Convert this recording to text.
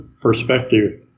perspective